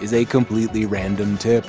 is a completely random tip